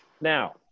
Now